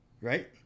right